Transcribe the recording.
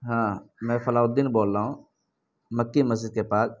ہاں میں فلاح الدین بول رہا ہوں مکی مسجد کے پاس